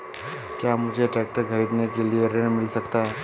क्या मुझे ट्रैक्टर खरीदने के लिए ऋण मिल सकता है?